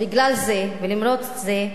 בגלל זה ולמרות זה,